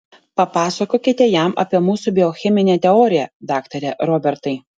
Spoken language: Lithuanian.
papasakokite jam apie mūsų biocheminę teoriją daktare robertai